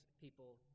people